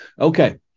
okay